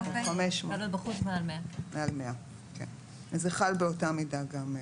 50 במבנה ו-100 בשטח פתוח.